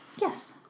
Yes